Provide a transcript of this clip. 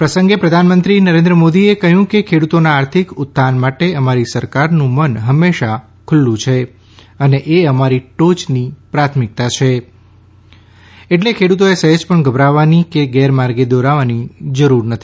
આ પ્રસંગે પ્રધાનમંત્રીશ્રી નરેન્દ્ર મોદીએ કહ્યું છે કે ખેડૂતોના આર્થિક ઉત્થાન માટે અમારી સરકારનું મન હંમેશા ખૂલ્લું છે અને એ અમારી ટોચ પ્રાથમિકતા છે જ એટલે ખેડૂતોએ સહેજ પણ ગભરાવાની કે ગેરમાર્ગે દોરાવવાની જરૂર નથી